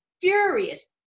furious